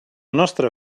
nostre